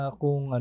kung